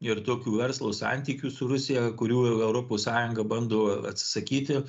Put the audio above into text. ir tokių verslo santykių su rusija kurių europos sąjunga bando atsisakyti